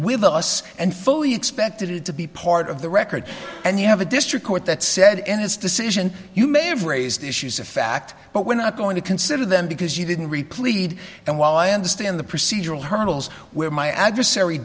with us and fully expected it to be part of the record and you have a district court that said in his decision you may have raised issues of fact but we're not going to consider them because you didn't replete and while i understand the procedural hurdles where my adversary